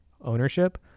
ownership